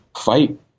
fight